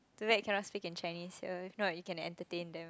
too bad you cannot speak in Chinese here if not you can entertain them